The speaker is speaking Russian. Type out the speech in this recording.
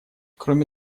кроме